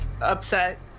upset